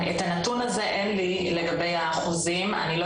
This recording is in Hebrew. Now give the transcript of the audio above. את הנתון הזה אין לי לגבי האחוזים אני לא